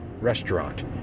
restaurant